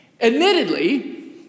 Admittedly